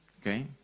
Okay